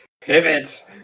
pivot